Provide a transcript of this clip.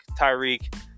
Tyreek